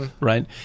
right